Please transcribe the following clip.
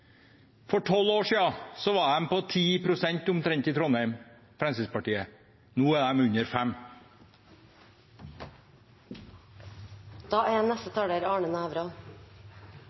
For tolv år siden var Fremskrittspartiet på omtrent 10 pst. i Trondheim. Nå er de under 5 pst. Presidenten minner om at det er